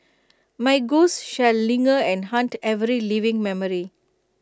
my ghost shall linger and haunt every living memory